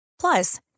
Plus